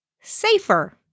safer